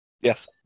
Yes